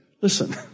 Listen